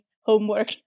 homework